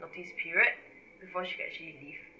notice period before she can actually leave